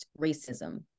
racism